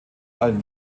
allem